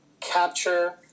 capture